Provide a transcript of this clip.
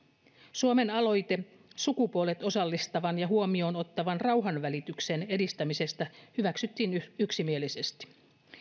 suomen aloite sukupuolet osallistavan ja huomioon ottavan rauhanvälityksen edistämisestä hyväksyttiin yksimielisesti